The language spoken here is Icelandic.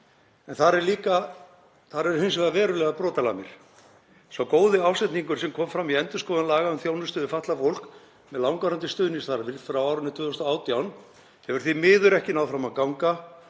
en þar eru hins vegar verulegar brotalamir. Sá góði ásetningur sem kom fram í endurskoðun laga um þjónustu við fatlað fólk með langvarandi stuðningsþarfir, frá árinu 2018, hefur því miður ekki náð fram að ganga